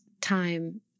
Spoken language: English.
time